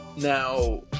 Now